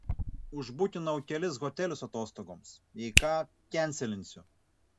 užbukinau kelis hotelius atostogoms jei ką kenselinsiu